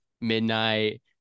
midnight